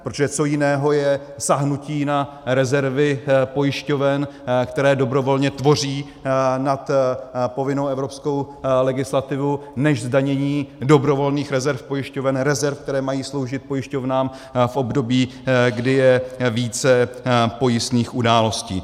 Protože co jiného je sáhnutí na rezervy pojišťoven, které dobrovolně tvoří nad povinnou evropskou legislativu, než zdanění dobrovolných rezerv pojišťoven, rezerv, které mají sloužit pojišťovnám v období, kdy je více pojistných událostí.